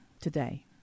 today